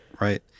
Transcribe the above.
right